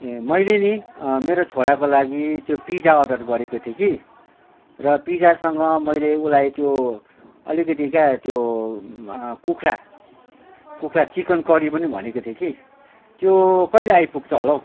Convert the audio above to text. ए मैले नि मेरो छोराको लागि त्यो पिज्जा अर्डर गरेको थिएँ कि र पिज्जासँग मैले उसलाई त्यो अलिकति क्या त्यो कुखुरा कुखुरा चिकन करी पनि भनेको थिएँ कि त्यो कहिले आइपुग्छ होला हौ